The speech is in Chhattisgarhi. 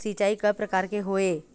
सिचाई कय प्रकार के होये?